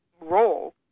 role